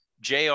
jr